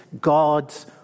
God's